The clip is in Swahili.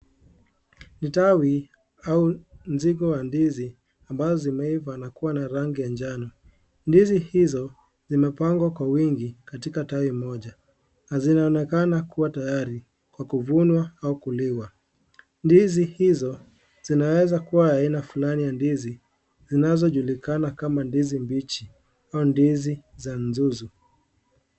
Ni tawi au mzigo wa ndizi amazo zimeiva na kuwa na rangi ya njano, ndizi hizo zimepangwa kwa wingi katika tawi moja na zinaonekana kuwa tayari kwa kuvunwa au kuliwa ndizi hizo zinaweza kuwa aina fulani ya ndizi zinazojulikana kama ndizi mbichi au ndizi za nzuzu.